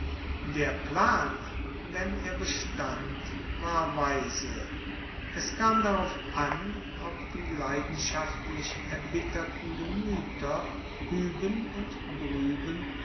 der plan wenn er bestand war weise es kam darauf an ob die leidenschaftlich erbitterten gemueter hueben und drueben